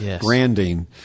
branding